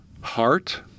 heart